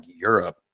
Europe